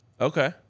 Okay